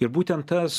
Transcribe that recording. ir būtent tas